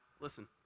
Listen